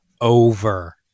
over